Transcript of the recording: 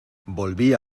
volvía